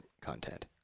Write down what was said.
content